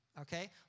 okay